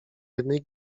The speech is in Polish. jednej